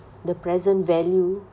the present value